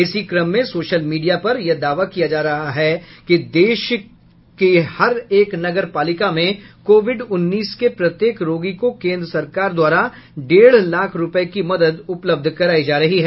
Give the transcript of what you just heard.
इसी क्रम में सोशल मीडिया पर यह दावा किया जा रहा है कि देश की हर एक नगर पालिका में कोविड उन्नीस के प्रत्येक रोगी को केंद्र सरकार द्वारा डेढ लाख रूपये की मदद उपलब्ध कराई जा रही है